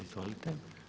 Izvolite.